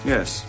Yes